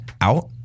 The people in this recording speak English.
out